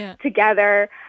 together